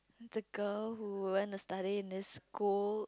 it's a girl who went to study in this school